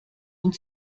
und